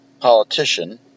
politician